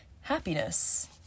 happiness